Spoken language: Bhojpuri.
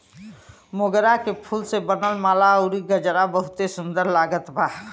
मोगरा के फूल से बनल माला अउरी गजरा बहुते सुन्दर लागत बा